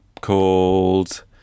called